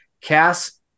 Cass